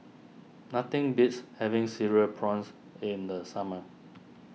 nothing beats having Cereal Prawns in the summer